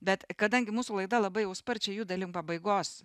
bet kadangi mūsų laida labai jau sparčiai juda link pabaigos